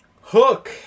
Hook